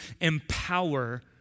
empower